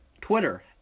Twitter